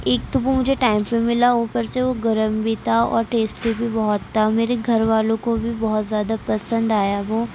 ایک تو وہ مجھے ٹائم پہ ملا اوپر سے وہ گرم بھی تھا اور ٹیسٹی بھی بہت تھا میرے گھر والوں کو بھی بہت زیادہ پسند آیا وہ